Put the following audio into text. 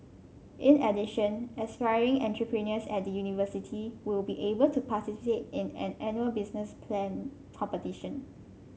in addition aspiring entrepreneurs at the university will be able to in an annual business plan competition